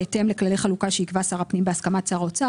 בהתאם לכללי חלוקה שיקבע שר הפנים בהסכמת שר האוצר